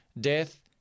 Death